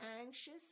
anxious